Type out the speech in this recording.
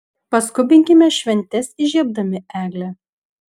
paskubinkime šventes įžiebdami eglę